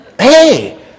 hey